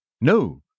No